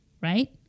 right